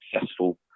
successful